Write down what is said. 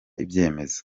ibyemezo